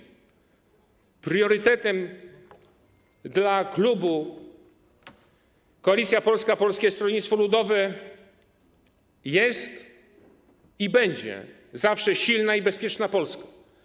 Priorytetem dla klubu Koalicja Polska - Polskie Stronnictwo Ludowe jest i będzie zawsze silna i bezpieczna Polska.